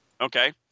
Okay